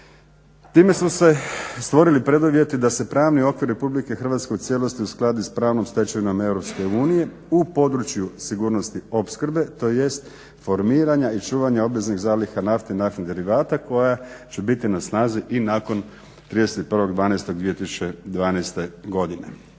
Time su se stvorili preduvjeti da se pravni okvir RH u cijelosti uskladi s pravnom stečevinom EU u području sigurnosti opskrbe tj. formiranja i čuvanja obveznih zaliha nafte i naftnih derivata koja će biti na snazi i nakon 31.12.2012. godine.